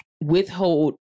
withhold